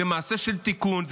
זה מעשה של תיקון,